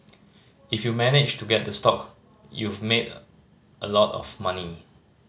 if you managed to get the stock you've made a lot of money